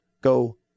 go